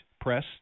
press